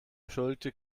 beschuldigte